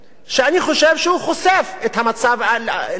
שאני חושב שהוא חושף את המצב לאשורו,